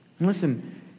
Listen